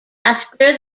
after